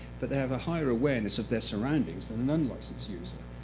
but they have a higher awareness of their surroundings than an unlicensed user.